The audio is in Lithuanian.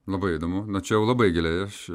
labai įdomu na čia jau labai giliai aš